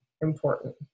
important